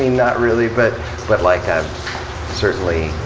not really, but but like i certainly